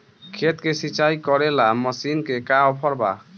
खेत के सिंचाई करेला मशीन के का ऑफर बा?